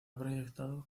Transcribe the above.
proyectado